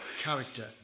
character